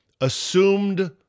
assumed